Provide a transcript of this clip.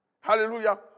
Hallelujah